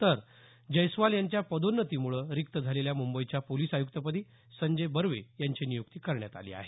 तर जैस्वाल यांच्या पदोन्नतीमुळे रिक्त झालेल्या मुंबईच्या पोलिस आयुक्तपदी संजय बर्वे यांची नियुक्ती करण्यात आली आहे